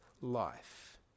life